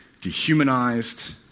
dehumanized